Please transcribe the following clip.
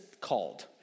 called